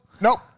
Nope